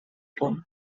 punt